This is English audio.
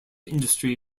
industry